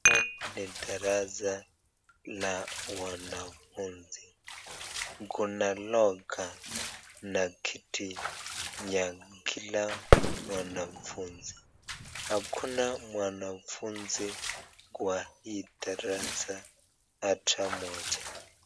Hapa ni kwa darasa la wanafunzi iko na loka na kiti ya Kila mwanafunzi, Hakuna mwanafunzi kwa hii darasa hata moja.